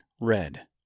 red